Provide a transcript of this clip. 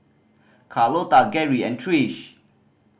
Carlota Geri and Trish